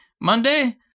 Monday